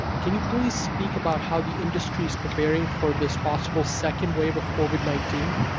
ah can you please speak about how the industry is preparing for this possible second wave of covid nineteen?